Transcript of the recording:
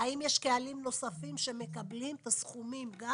האם יש קהלים נוספים שמקבלים את הסכומים גם